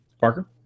Parker